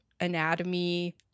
anatomy